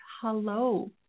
hello